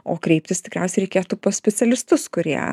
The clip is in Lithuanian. o kreiptis tikriausiai reikėtų pas specialistus kurie